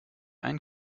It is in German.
ein